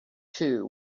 too